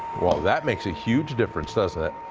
well, that makes a huge difference doesn't it?